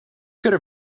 have